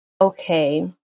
okay